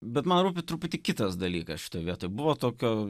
bet man rūpi truputį kitas dalykas šitoj vietoj buvo tokio